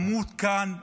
נמות כאן,